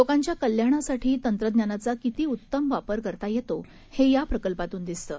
लोकांच्याकल्याणासाठीतंत्रज्ञानाचाकितीउत्तमवापरकरतायेतो हेयाप्रकल्पातूनदिसतं